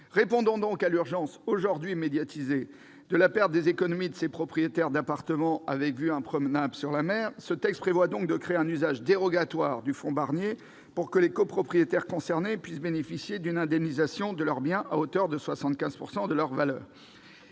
Répondant à l'urgence aujourd'hui médiatisée de la perte des économies de ces propriétaires d'appartements avec vue imprenable sur la mer, ce texte prévoit de créer un usage dérogatoire du fonds Barnier pour que les copropriétaires concernés puissent bénéficier d'une indemnisation de leurs biens à hauteur de 75 % de leur valeur.